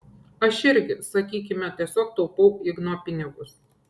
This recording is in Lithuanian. aš irgi sakykime tiesiog taupau igno pinigus